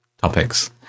Topics